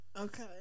okay